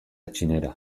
txinera